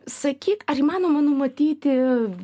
sakyk ar įmanoma numatyti